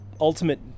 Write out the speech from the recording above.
ultimate